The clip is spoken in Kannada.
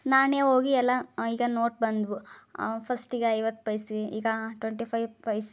ನಾಣ್ಯ ಹೋಗಿ ಎಲ್ಲ ಈಗ ನೋಟ್ ಬಂದವು ಫಸ್ಟಿಗೆ ಐವತ್ತು ಪೈಸೆ ಈಗ ಟ್ವೆಂಟಿ ಫೈವ್ ಪೈಸ್